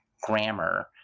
grammar